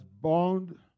bound